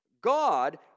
God